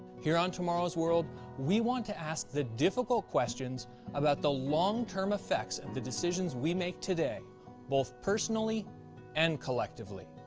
here on tomorrow's world we want to ask the difficult questions about the long term effects of and the decisions we make today both personally and collectively.